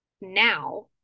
now